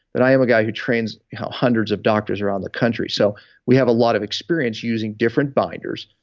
but i am a guy who trains hundreds of doctors around the country, so we have a lot of experience using different binders.